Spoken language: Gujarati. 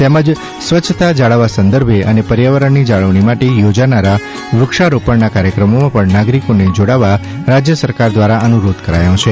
તેમજ સ્વચ્છતા જાળવવા સંદર્ભે અને પર્યાવરકાની જાળવણી માટે યોજાનાર વ્રક્ષારોપજાના કાર્યક્રમોમાં પજા નાગરિકોને જોડાવવા રાજ્ય સરકાર દ્વારા અન્નરોધ કરાયો છે